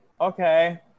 Okay